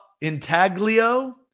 Intaglio